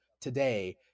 today